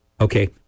Okay